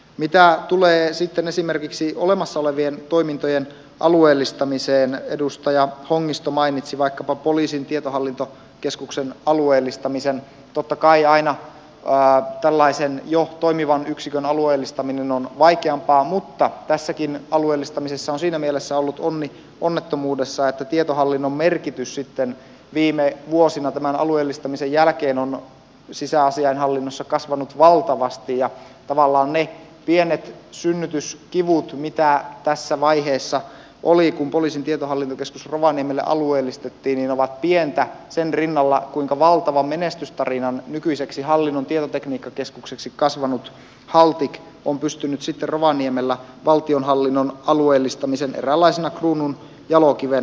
mitä tulee sitten esimerkiksi olemassa olevien toimintojen alueellistamiseen edustaja hongisto mainitsi vaikkapa poliisin tietohallintokeskuksen alueellistamisen totta kai aina tällaisen jo toimivan yksikön alueellistaminen on vaikeampaa mutta tässäkin alueellistamisessa on siinä mielessä ollut onni onnettomuudessa että tietohallinnon merkitys sitten viime vuosina tämän alueellistamisen jälkeen on sisäasiainhallinnossa kasvanut valtavasti ja tavallaan ne pienet synnytyskivut mitä tässä vaiheessa oli kun poliisin tietohallintokeskus rovaniemelle alueellistettiin ovat pientä sen rinnalla kuinka valtavan menestystarinan nykyiseksi hallinnon tietotekniikkakeskukseksi kasvanut haltik on pystynyt sitten rovaniemellä valtionhallinnon alueellistamisen eräänlaisena kruununjalokivenä tekemään